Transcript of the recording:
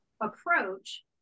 approach